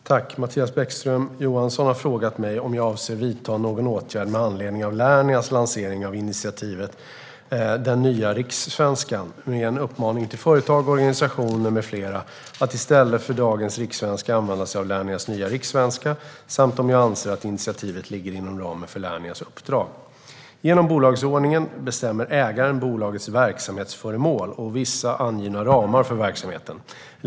Herr talman! Mattias Bäckström Johansson har frågat mig om jag avser att vidta någon åtgärd med anledning av Lernias lansering av initiativet Den nya rikssvenskan med en uppmaning till företag, organisationer med flera att i stället för dagens rikssvenska använda sig av Lernias nya rikssvenska samt om jag anser att initiativet ligger inom ramen för Lernias uppdrag. Genom bolagsordningen bestämmer ägaren bolagets verksamhetsföremål och vissa angivna ramar för verksamheten.